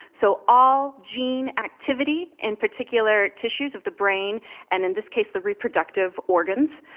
so all gene activity in particular tissues of the brain and in this case the reproductive organs,